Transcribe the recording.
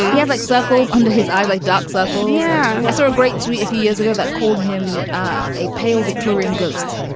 he has like circles under his eyes, like dark circles. yeah i saw a great tweet a few years ago that called him ah a pale victorian ghost.